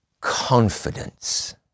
confidence